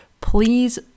Please